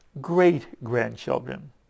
great-grandchildren